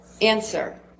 Answer